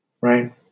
right